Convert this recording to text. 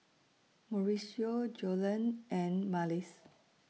Mauricio Joellen and Marlys